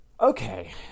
Okay